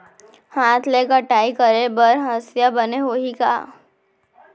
हाथ ले कटाई करे बर हसिया बने होही का?